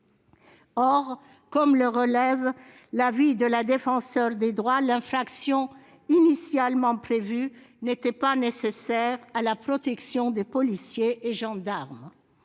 Or, comme le relève l'avis de la Défenseure des droits, l'infraction initialement prévue n'était pas nécessaire à la protection des policiers et gendarmes.